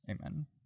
Amen